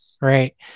right